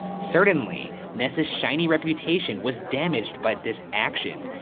certainly, ness's shiny reputation was damaged by this action,